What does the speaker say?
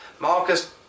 Marcus